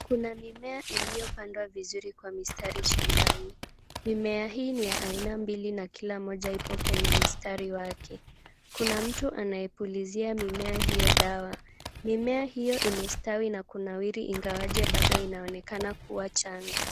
Kuna mimea iliopandwa vizuri kwa mistari shambani. Mimea hii ni ya aina mbili na kila moja ipo kwenye mistari wake, kuna mtu anayepuulizia mimea hiyo dawa. Mimea hiyo imestawi na kunawiri ingawaje bado inaonekana kuwa changa.